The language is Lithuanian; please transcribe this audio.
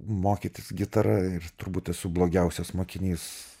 mokytis gitara ir turbūt esu blogiausias mokinys